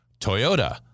Toyota